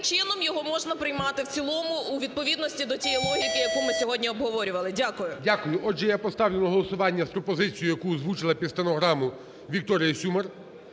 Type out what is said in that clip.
чином його можна приймати в цілому у відповідності до тієї логіки, яку ми сьогодні обговорювали. Дякую. ГОЛОВУЮЧИЙ. Дякую. Отже я поставлю на голосування з пропозицією, яку озвучила під стенограму Вікторія Сюмар.